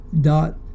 dot